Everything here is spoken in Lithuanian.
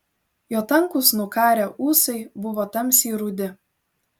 jo tankūs nukarę ūsai buvo tamsiai rudi